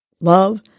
love